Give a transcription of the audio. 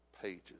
pages